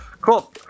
cool